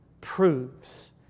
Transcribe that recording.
proves